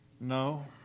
No